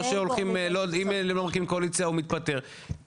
או הוא לא מקים קואליציה הוא מתפטר,